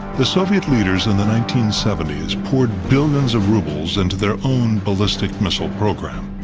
the soviet leaders in the nineteen seventy s poured billions of rubles into their own ballistic missile program.